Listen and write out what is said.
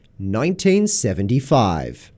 1975